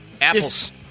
Apples